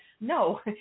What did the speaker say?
no